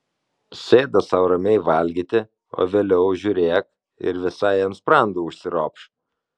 sėda sau ramiai valgyti o vėliau žiūrėk ir visai ant sprando užsiropš